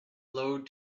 load